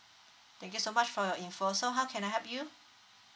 thank you so much for your info so how can I help you